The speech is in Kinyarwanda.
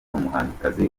umuhanzikazi